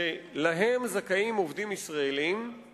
שעובדים ישראלים זכאים להן,